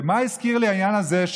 ומה הזכיר לי העניין הזה,